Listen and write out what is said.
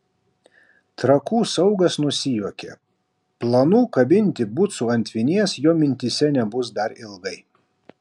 trakų saugas nusijuokė planų kabinti bucų ant vinies jo mintyse nebus dar ilgai